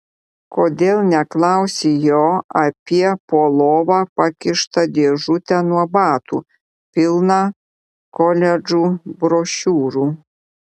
kodėl neklausi jo apie po lova pakištą dėžutę nuo batų pilną koledžų brošiūrų